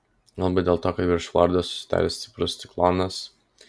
galbūt dėl to kad virš floridos susidaręs stiprus ciklonas